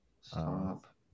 Stop